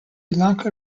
lanka